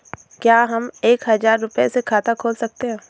क्या हम एक हजार रुपये से खाता खोल सकते हैं?